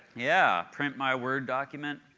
yeah, print my word document,